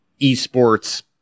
esports